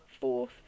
fourth